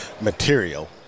material